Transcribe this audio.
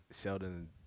Sheldon